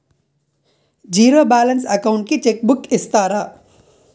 Zero balance account కి cheque book ఇస్తారా?